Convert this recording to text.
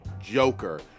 Joker